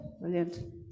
Brilliant